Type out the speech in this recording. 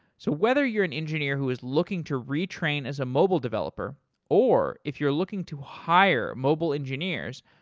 so whether you're an engineer who's looking to retrain as a mobile developer or if you're looking to hire mobile engineers,